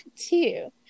two